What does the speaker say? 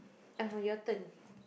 Abu your turn